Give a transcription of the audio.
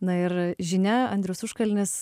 na ir žinia andrius užkalnis